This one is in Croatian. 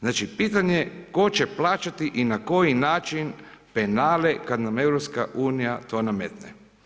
Znači pitanje tko će plaćati i na koji način penale kad na EU to nametne?